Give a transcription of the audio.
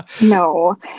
No